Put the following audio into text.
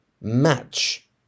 Match